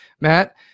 Matt